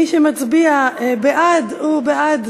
מי שמצביע בעד הוא בעד